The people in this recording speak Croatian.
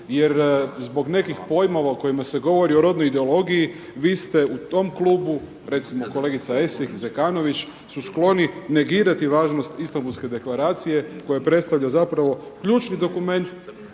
jer zbog nekih pojmova o kojima se govori o rodnoj ideologiji, vi ste u tom klubu recimo kolegica Esih i Zekanović su skloni negirati važnost Istambulske deklaracije koja predstavlja ključni dokument